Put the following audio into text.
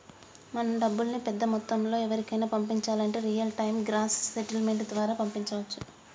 మనం డబ్బుల్ని పెద్ద మొత్తంలో ఎవరికైనా పంపించాలంటే రియల్ టైం గ్రాస్ సెటిల్మెంట్ ద్వారా పంపించవచ్చు